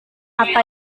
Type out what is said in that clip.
apa